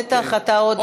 בטח אתה עוד תשיב.